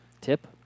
Tip